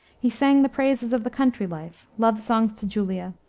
he sang the praises of the country life, love songs to julia,